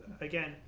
again